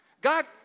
God